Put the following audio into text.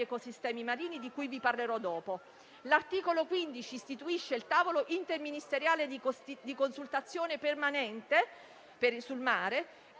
ecosistemi marini di cui vi parlerò dopo. L'articolo 15 istituisce il tavolo interministeriale di consultazione permanente sul mare,